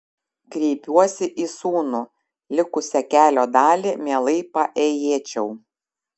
kreipiuosi į sūnų likusią kelio dalį mielai paėjėčiau